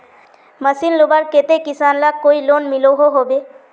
Machine लुबार केते किसान लाक कोई लोन मिलोहो होबे?